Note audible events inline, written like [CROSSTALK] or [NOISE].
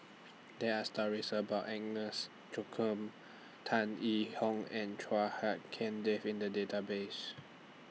There Are stories about Agnes Joaquim Tan Yee Hong and Chua Hak [UNINTELLIGIBLE] Dave in The Database